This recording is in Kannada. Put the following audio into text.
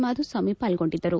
ಮಾಧುಸ್ವಾಮಿ ಪಾಲ್ಗೊಂಡಿದ್ದರು